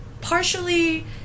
Partially